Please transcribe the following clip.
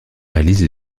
réalise